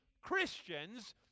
Christians